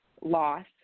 loss